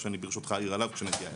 שאני ברשותך אעיר עליו כשנגיע אליו.